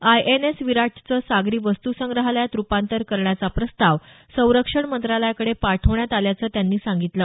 INS विराटचं सागरी वस्तूसंग्रहालयात रुपांतर करण्याचा प्रस्ताव संरक्षण मंत्रालयाकडे पाठवण्यात आल्याचं त्यांनी सांगितलं